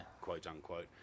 quote-unquote